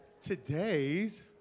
today's